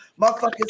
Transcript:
motherfuckers